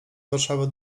warszawy